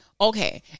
okay